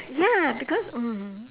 ya because mm